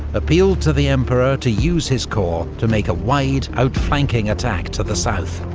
appealed to the emperor to use his corps to make a wide, outflanking attack to the south,